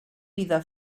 vida